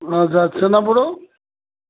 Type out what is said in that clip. ଆଚ୍ଛା ଛେନାପୋଡ଼